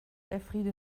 elfriede